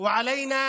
רוצח